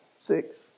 six